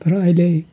तर अहिले